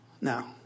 Now